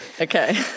Okay